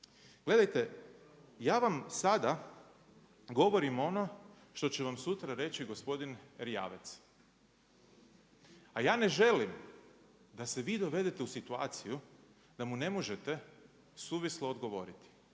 Gledajte, ja vam sada govorim ono što će vam sutra reći gospodin Erjavec. A ja ne želim da se vi dovedete u situaciju da mu ne možete suvislo odgovoriti.